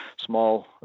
small